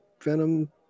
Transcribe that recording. venom